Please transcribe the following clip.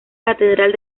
catedral